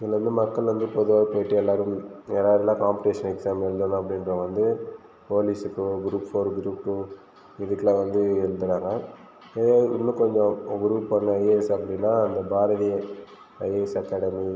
இதில் வந்து மக்கள் வந்து பொதுவாக போய்ட்டு எல்லோரும் யார் யாரெல்லாம் காம்படிஷன் எக்ஸாம் எழுதணும் அப்டிங்கிறவங்க வந்து போலீசுக்கு குரூப் ஃபோர் குரூப் டூ இதுக்கெலாம் வந்து எழுதினாங்க ஏன்னா இதுக்கு முன்னே கொஞ்சம் குரூப் பண்ண ஐஏஎஸ் அகாடமினா இந்த பாரதி ஐஏஎஸ் அகாடமி